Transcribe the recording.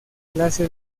clase